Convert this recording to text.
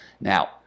now